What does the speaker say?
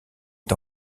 est